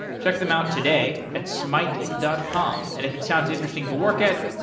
check them out today at smyte dot com. and if it sounds interesting to work at,